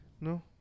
No